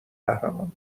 قهرمان